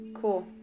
Cool